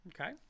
Okay